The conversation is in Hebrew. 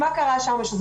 מה קרה שם?